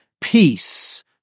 Peace